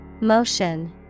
Motion